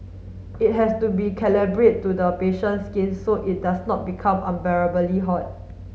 it has to be calibrate to the patient's skin so it does not become unbearably hot